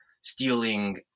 stealing